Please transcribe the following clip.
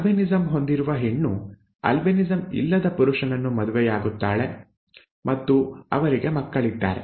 albinism ಹೊಂದಿರುವ ಹೆಣ್ಣು albinism ಇಲ್ಲದ ಪುರುಷನನ್ನು ಮದುವೆಯಾಗುತ್ತಾನೆ ಮತ್ತು ಅವರಿಗೆ ಮಕ್ಕಳಿದ್ದಾರೆ